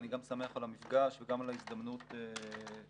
אני גם שמח על המפגש וגם על ההזדמנות להציג